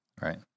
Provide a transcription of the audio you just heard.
Right